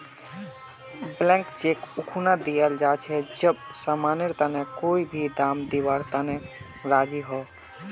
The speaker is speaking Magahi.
ब्लैंक चेक उखना दियाल जा छे जब समानेर तने कोई भी दाम दीवार तने राज़ी हो